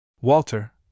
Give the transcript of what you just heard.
Walter